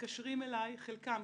מתקשרים אליי חלקם,